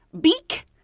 beak